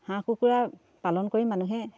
হাঁহ কুকুৰা পালন কৰি মানুহে